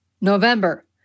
November